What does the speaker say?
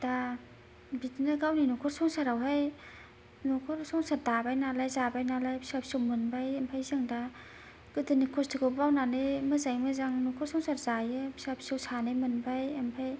दा बिदिनो गावनि नख'र संसारावहाय नख'र संसार दाबाय नालाय जाबाय नालाय फिसा फिसौ मोनबाय ओमफ्राय जों दा गोदोनि खस्थ'खौ बावनानै मोजाङैनो मोजां नख'र संसार जायो फिसा फिसौ सानै मोनबाय ओमफ्राय